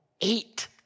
eight